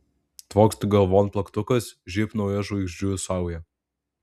tvokst galvon plaktukas žybt nauja žvaigždžių sauja